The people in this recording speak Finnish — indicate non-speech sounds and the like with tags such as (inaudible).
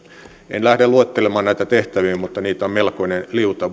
en lähde luettelemaan näitä tehtäviä mutta niitä on melkoinen liuta (unintelligible)